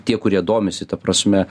tie kurie domisi ta prasme